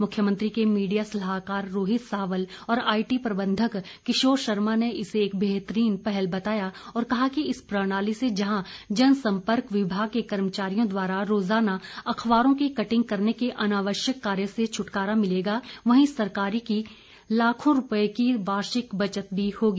मुख्यमंत्री के मीडिया सलाहकार रोहित सावल और आईटी प्रबंधक किशोर शर्मा ने इसे एक बेहतरीन पहल बताया और कहा कि इस प्रणाली से जहां जन संपर्क विभाग के कर्मचारियों द्वारा रोजाना अखबारों की कटिंग करने के अनावश्यक कार्य से छुटकारा मिलेगा वहीं सरकारी की लाखों रूपये की वार्षिक बचत भी होगी